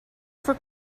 for